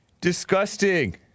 Disgusting